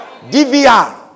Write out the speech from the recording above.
DVR